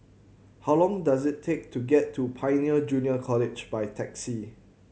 how long does it take to get to Pioneer Junior College by taxi